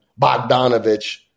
Bogdanovich